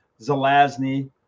Zelazny